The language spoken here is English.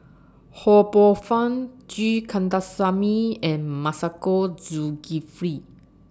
Ho Poh Fun G Kandasamy and Masagos Zulkifli